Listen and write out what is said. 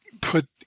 put